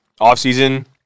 Off-season